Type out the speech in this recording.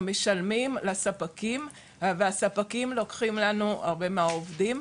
אנחנו משלמים לספקים והספקים לוקחים לנו הרבה מהעובדים.